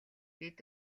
бид